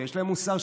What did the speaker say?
שיש להם מוסר,